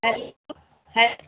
हे हे